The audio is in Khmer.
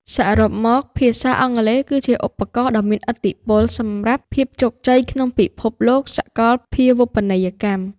សរុបមក ភាសាអង់គ្លេសគឺជាឧបករណ៍ដ៏មានឥទ្ធិពលសម្រាប់ភាពជោគជ័យក្នុងពិភពលោកសកលភាវូបនីយកម្ម ។